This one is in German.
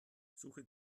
suche